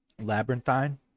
Labyrinthine